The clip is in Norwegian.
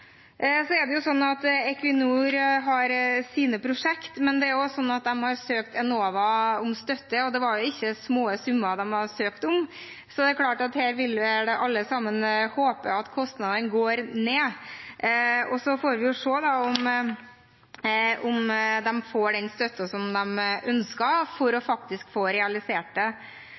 Equinor har sine prosjekter, men de har også søkt Enova om støtte, og det var ikke små summer de har søkt om. Så her håper vel alle at kostnadene går ned. Så får vi se om de får den støtten de ønsker for å få realisert det.